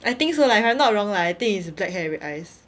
I think so lah if I'm not wrong lah I think is black hair red eyes